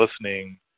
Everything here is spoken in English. listening